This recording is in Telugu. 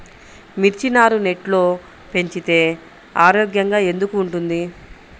మిర్చి నారు నెట్లో పెంచితే ఆరోగ్యంగా ఎందుకు ఉంటుంది?